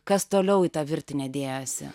kas toliau į tą virtinę dėjosi